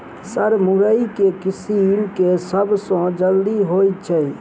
Sir मुरई केँ किसिम केँ सबसँ जल्दी होइ छै?